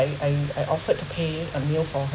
I I I offered to pay a meal for her